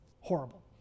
horrible